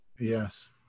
Yes